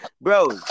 Bro